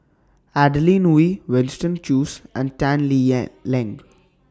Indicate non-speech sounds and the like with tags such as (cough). Adeline Ooi Winston Choos and Tan Lee (unintelligible) Leng